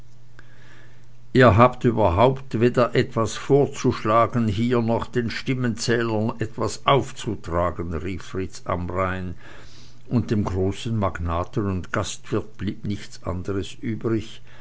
ihr habt überhaupt weder etwas vorzuschlagen hier noch den stimmenzählern etwas aufzutragen rief fritz amrain und dem großen magnaten und gastwirt blieb nichts anders übrig